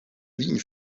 ligne